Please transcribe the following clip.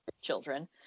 children